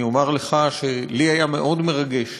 אני אומר לך שלי היה מאוד מרגש